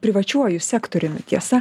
privačiuoju sektoriumi tiesa